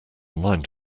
mind